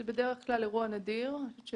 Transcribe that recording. זה אירוע נדיר.